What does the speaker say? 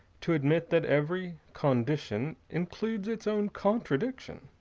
to admit that every condition includes its own contradiction.